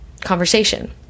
conversation